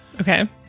Okay